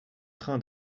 train